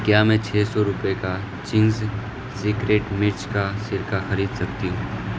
کیا میں چھ سو روپئے کا چنگز سیکریٹ مرچ کا سرکہ خرید سکتی ہوں